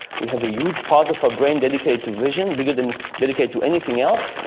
we have a huge part of our brain dedicated to vision bigger than dedicated to anything else.